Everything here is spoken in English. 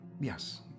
yes